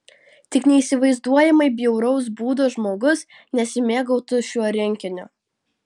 tik neįsivaizduojamai bjauraus būdo žmogus nesimėgautų šiuo rinkiniu